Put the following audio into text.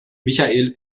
michael